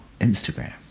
Instagram